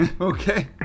okay